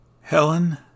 Helen